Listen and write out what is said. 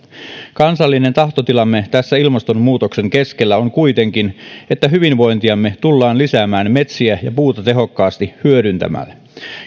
kansallinen tahtotilamme tässä ilmastonmuutoksen keskellä on kuitenkin että hyvinvointiamme tullaan lisäämään metsiä ja puuta tehokkaasti hyödyntämällä